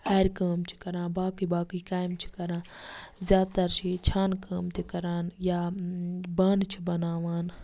آرِ کٲم چھ کَران باقٕے باقٕے کامہِ چھِ کَران زیادٕ تَر چھِ ییٚتہِ چھانہٕ کٲم تہِ کَران یا بانہٕ چھِ بَناوان